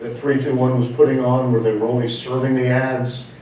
and three two and one was putting on, where they were only serving the ads,